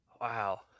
Wow